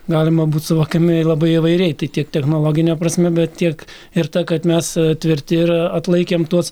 galima būt suvokiami labai įvairiai tai tiek technologine prasme bet tiek ir ta kad mes tvirti ir atlaikėm tuos